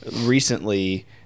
recently